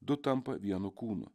du tampa vienu kūnu